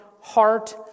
heart